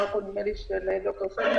נדמה לי של ד"ר פלדמן,